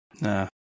Nah